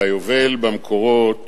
והיובל במקורות